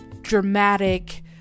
dramatic